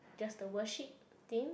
just the worship I think